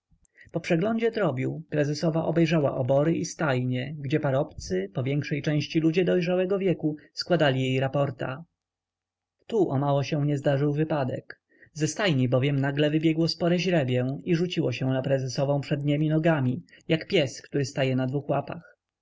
przeglądzie drobiu prezesowa obejrzała obory i stajnie gdzie parobcy powiększej części ludzie dojrzałego wieku składali jej raporta tu omało nie zdarzył się wypadek ze stajni bowiem nagle wybiegło spore źrebię i rzuciło się na prezesowę przedniemi nogami jak pies który staje na dwu łapach